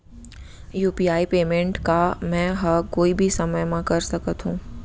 UPI payment का मैं ह कोई भी समय म कर सकत हो?